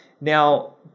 Now